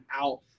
out